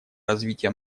развития